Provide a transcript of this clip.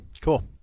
Cool